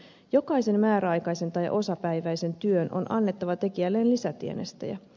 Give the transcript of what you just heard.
jokaisen määräaikaisen tai osapäiväisen työn on annettava tekijälleen lisätienestejä